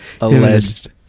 alleged